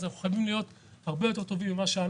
לכן אנחנו חייבים להיות טובים מאוד.